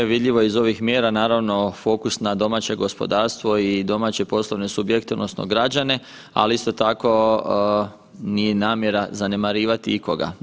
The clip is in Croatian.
Vidljivo je iz ovih mjera naravno fokus na domaće gospodarstvo i domaće poslovne subjekte odnosno građane, ali isto tako nije namjera zanemarivati ikoga.